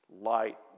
light